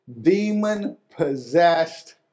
demon-possessed